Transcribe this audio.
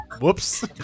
Whoops